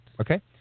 Okay